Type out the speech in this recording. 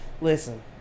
listen